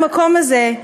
במקום הזה,